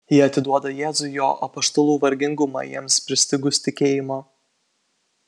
ji atiduoda jėzui jo apaštalų vargingumą jiems pristigus tikėjimo